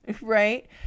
Right